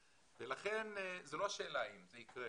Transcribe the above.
לכן זו לא השאלה אם זה יקרה,